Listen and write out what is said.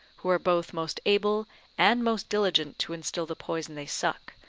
who are both most able and most diligent to instil the poison they suck,